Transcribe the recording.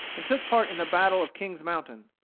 and took part in the battle of king's mountain.